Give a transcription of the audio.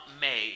made